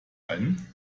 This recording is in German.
einen